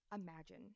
Imagine